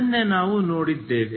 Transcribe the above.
ಅದನ್ನೇ ನಾವು ನೋಡಿದ್ದೇವೆ